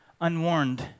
unwarned